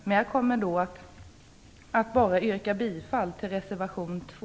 Men jag kommer att yrka bifall bara till reservation 2.